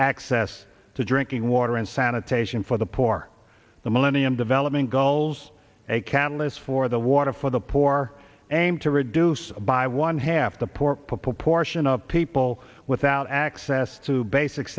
access to drinking water and sanitation for the poor the millennium development goals a catalyst for the water for the poor aim to reduce by one half the poor proportion of people without access to basic